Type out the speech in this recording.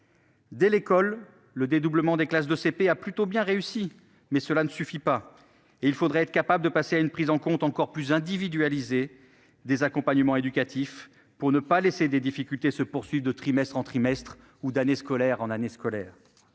À l'école, le dédoublement des classes de CP a plutôt bien réussi, mais cela ne suffit pas : il faudrait être capable de passer à une prise en compte encore plus individualisée des accompagnements éducatifs, pour ne pas laisser des difficultés se poursuivre de trimestre en trimestre et d'année scolaire en année scolaire.